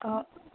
ଅ